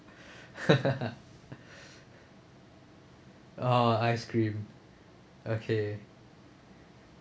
oh ice cream okay